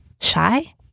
Shy